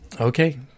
Okay